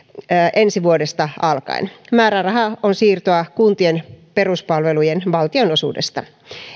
ensi vuodesta alkaen määräraha on siirtoa kuntien peruspalvelujen valtionosuudesta